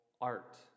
art